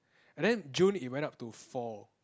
and then June it went up to four